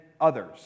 others